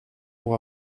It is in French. pour